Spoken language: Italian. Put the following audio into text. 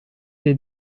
dei